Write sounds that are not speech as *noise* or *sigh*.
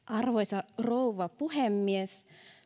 *unintelligible* arvoisa rouva puhemies